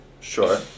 Sure